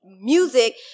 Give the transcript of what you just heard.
music